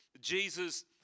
Jesus